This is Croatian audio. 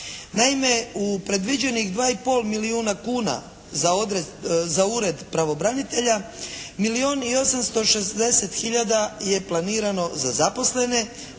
Naime u predviđenih 2 i pol milijuna kuna za Ured pravobranitelja milijun i 860 hiljada je planirano za zaposlene,